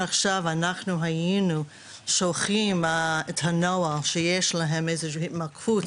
עכשיו אנחנו היינו שולחים את הנוער שיש להם התמכרות,